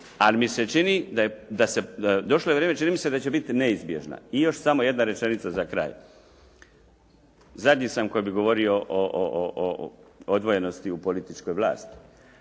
čini mi se da će biti neizbježna. I još samo jedna rečenica za kraj. Zadnji sam koji bi govorio o odvojenosti u političkoj vlasti.